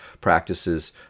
practices